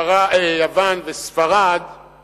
יוון וספרד הם